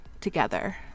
together